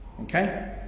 Okay